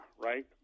right